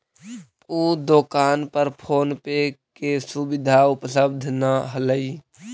उ दोकान पर फोन पे के सुविधा उपलब्ध न हलई